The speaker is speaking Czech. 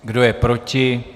Kdo je proti?